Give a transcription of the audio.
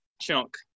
chunk